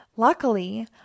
Luckily